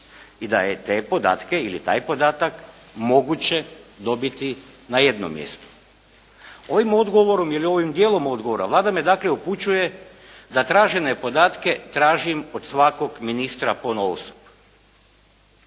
i da je te podatke ili taj podatak moguće dobiti na jednom mjestu. Ovim odgovorom ili ovim djelom odgovora Vlada me dakle upućuje da tražene podatke tražim od svakog ministra ponaosob.